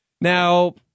Now